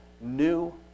new